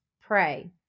pray